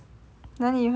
哪里会